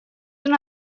una